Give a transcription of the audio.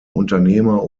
unternehmer